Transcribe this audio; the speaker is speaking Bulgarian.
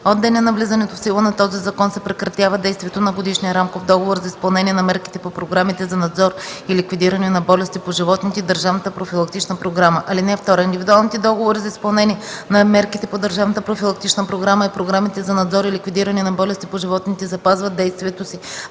От деня на влизането в сила на този закон се прекратява действието на Годишния рамков договор за изпълнение на мерките по програмите за надзор и ликвидиране на болести по животните и държавната профилактична програма. (2) Индивидуалните договори за изпълнение на мерките по държавната профилактична програма и програмите за надзор и ликвидиране на болести по животните запазват действието си